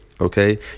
okay